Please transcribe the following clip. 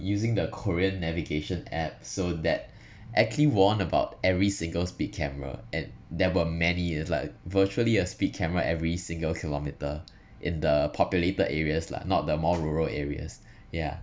using the korean navigation app so that actually warned about every single speed camera and there were many it's like virtually a speed camera every single kilometer in the populated areas lah not the more rural areas yeah